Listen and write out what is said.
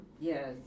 yes